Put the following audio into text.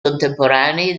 contemporanei